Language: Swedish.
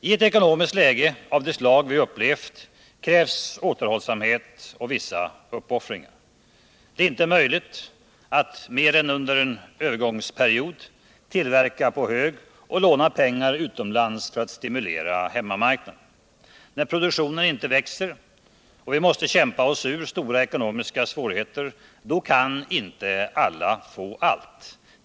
I ett ekonomiskt läge av det slag vi upplevt krävs återhållsamhet och vissa uppoffringar. Det är inte möjligt att mer än under en övergångsperiod tillverka på hög och låna pengar utomlands för att stimulera hemmamarknaden. När produktionen inte växer och vi måste kämpa oss ur stora ekonomiska svårigheter kan inte alla få allt.